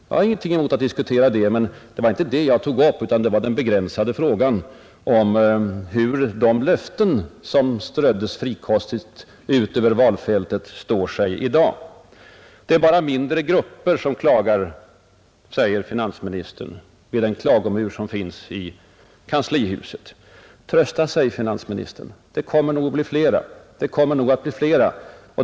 Jag har ingenting emot att diskutera även den saken, men det var inte det jag tog upp utan bara den begränsade frågan om hur de löften som frikostigt ströddes ut över valfältet står sig i dag. Det är bara mindre grupper som klagar, sade finansministern, vid den klagomur som finns i kanslihuset. Trösta sig, finansministern! Det kommer nog att bli flera.